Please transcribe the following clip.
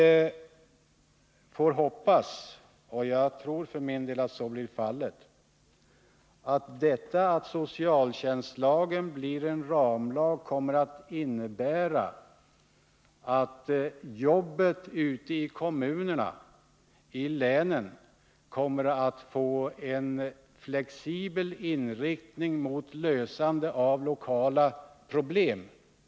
Vi får hoppas, och jag tror för min del att så blir fallet, att detta att socialtjänstlagen blir en ramlag kommer att innebära att jobbet ute i kommunerna och i länen mer än hittills kommer att få en flexibel inriktning mot lösandet av lokala problem.